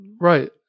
Right